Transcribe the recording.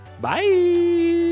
Bye